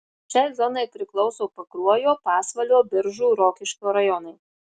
šiai zonai priklauso pakruojo pasvalio biržų rokiškio rajonai